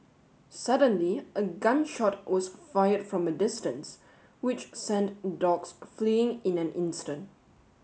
suddenly a gun shot was fired from a distance which sent the dogs fleeing in an instant